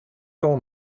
call